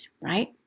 right